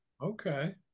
okay